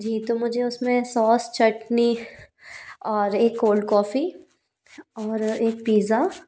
जी तो मुझे उस में सॉस चटनी और एक कोल्ड कॉफ़ी और एक पीज़ा